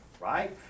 right